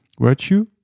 Virtue